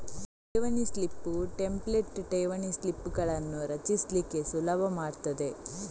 ಠೇವಣಿ slip template ಠೇವಣಿ ಸ್ಲಿಪ್ಪುಗಳನ್ನ ರಚಿಸ್ಲಿಕ್ಕೆ ಸುಲಭ ಮಾಡ್ತದೆ